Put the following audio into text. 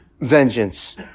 vengeance